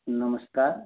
नमस्कार